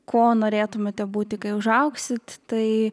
kuo norėtumėte būti kai užaugsit tai